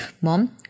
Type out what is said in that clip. mom